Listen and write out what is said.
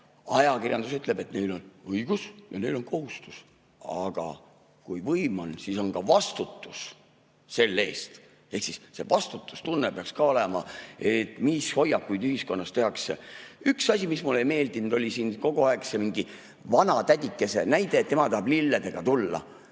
Ajakirjandus ütleb, et neil on õigus ja neil on kohustus. Aga kui võim on, siis on ka vastutus selle eest. Vastutustunne peaks ka olema, mis hoiakuid ühiskonnas [kujundatakse]. Üks asi, mis mulle ei meeldinud, oli siin kogu aeg see mingi vanatädikese näide, et tema tahab lilledega tulla.